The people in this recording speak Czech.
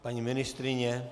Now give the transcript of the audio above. Paní ministryně?